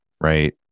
right